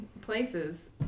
places